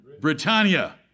Britannia